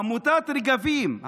עמותת רגבים,